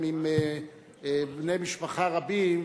הם עם בני-משפחה רבים,